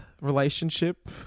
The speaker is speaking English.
relationship